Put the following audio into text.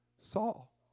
Saul